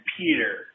Peter